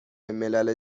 ملل